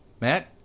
Matt